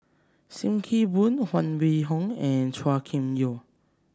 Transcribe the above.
Sim Kee Boon Huang Wenhong and Chua Kim Yeow